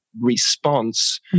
response